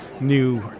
new